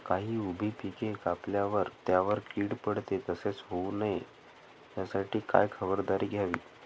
काही उभी पिके कापल्यावर त्यावर कीड पडते, तसे होऊ नये यासाठी काय खबरदारी घ्यावी?